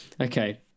Okay